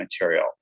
material